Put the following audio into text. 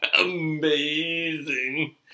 Amazing